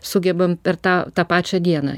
sugebam per tą tą pačią dieną